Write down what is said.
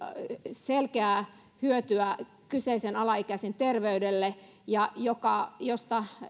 selkeää hyötyä kyseisen alaikäisen terveydelle ja josta